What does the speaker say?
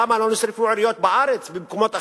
למה, לא נשרפו בנייני עיריות בארץ, במקומות אחרים,